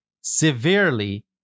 severely